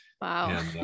Wow